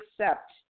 accept